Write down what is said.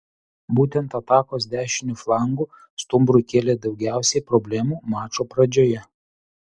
būtent atakos dešiniu flangu stumbrui kėlė daugiausiai problemų mačo pradžioje